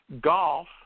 golf